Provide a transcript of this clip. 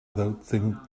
without